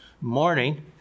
morning